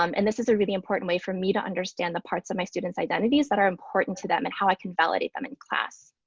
um and this is a really important way for me to understand the parts of my students' identities that are important to them and how i can validate them in class.